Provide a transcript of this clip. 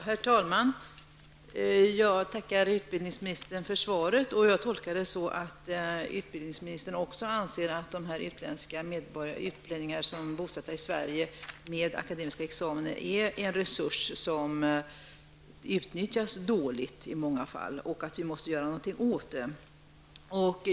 Herr talman! Jag tackar utbildningsministern för svaret, och jag tolkar det så att också utbildningsministern anser att utlänningar som är bosatta i Sverige och som har akademiska examina är en resurs som i många fall utnyttjas dåligt samt att vi måste göra något åt detta.